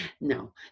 No